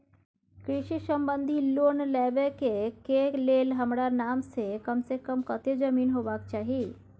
कृषि संबंधी लोन लेबै के के लेल हमरा नाम से कम से कम कत्ते जमीन होबाक चाही?